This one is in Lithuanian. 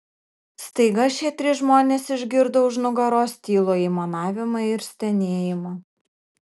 staiga šie trys žmonės išgirdo už nugaros tylų aimanavimą ir stenėjimą